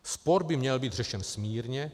Spor by měl být řešen smírně.